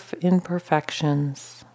imperfections